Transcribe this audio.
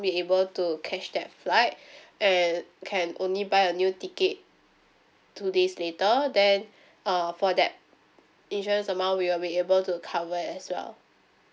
be able to catch that flight and can only buy a new ticket two days later then uh for that insurance amount we will be able to cover as well